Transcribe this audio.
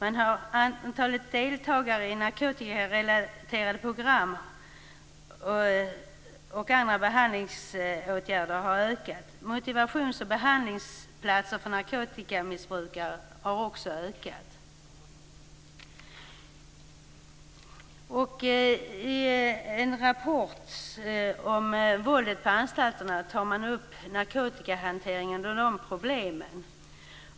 Antalet deltagare i narkotikarelaterade program och andra behandlingsåtgärder har ökat. Antalet motivations och behandlingsplatser för narkotikamissbrukare har också ökat. I en rapport om våldet på anstalterna tar man upp narkotikahanteringen och de problemen.